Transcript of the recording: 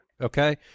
okay